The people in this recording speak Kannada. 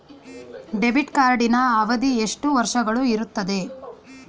ಡೆಬಿಟ್ ಕಾರ್ಡಿನ ಅವಧಿ ಎಷ್ಟು ವರ್ಷಗಳು ಇರುತ್ತದೆ?